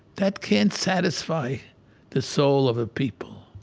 that can't satisfy the soul of a people